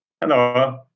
Hello